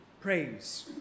praise